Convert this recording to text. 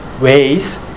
ways